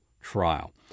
trial